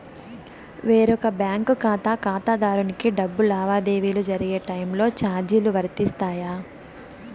వేరొక బ్యాంకు ఖాతా ఖాతాదారునికి డబ్బు లావాదేవీలు జరిగే టైములో చార్జీలు వర్తిస్తాయా?